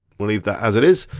we'll leave that as it is.